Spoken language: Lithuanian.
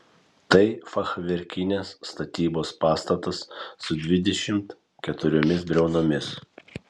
tai fachverkinės statybos pastatas su dvidešimt keturiomis briaunomis